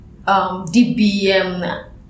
DBM